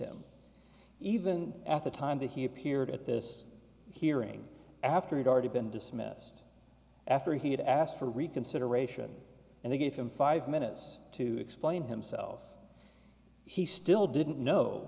him even at the time that he appeared at this hearing after he'd already been dismissed after he had asked for reconsideration and they gave him five minutes to explain himself he still didn't know